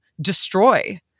destroy